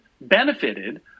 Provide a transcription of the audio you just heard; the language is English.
benefited